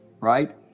right